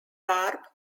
barb